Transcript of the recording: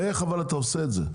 איך אתה עושה את זה,